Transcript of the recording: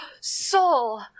soul